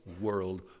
world